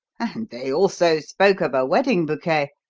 and they also spoke of a wedding bouquet!